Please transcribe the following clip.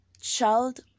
Child